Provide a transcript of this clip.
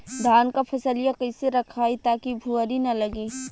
धान क फसलिया कईसे रखाई ताकि भुवरी न लगे?